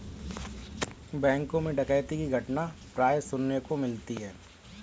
बैंकों मैं डकैती की घटना प्राय सुनने को मिलती है